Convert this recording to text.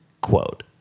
Quote